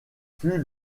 fut